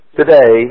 today